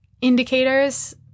indicators